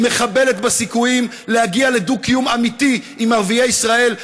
היא מחבלת בסיכויים להגיע לדו-קיום אמיתי עם ערביי ישראל,